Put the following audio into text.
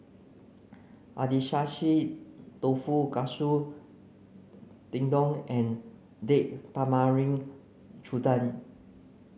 Agedashi Dofu Katsu Tendon and Date Tamarind Chutney